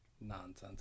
nonsense